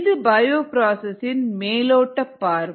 இது பயோபிராசஸ் இன் மேலோட்டப் பார்வை